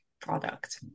product